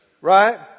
Right